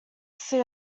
see